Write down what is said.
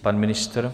Pan ministr?